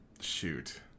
Shoot